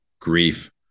grief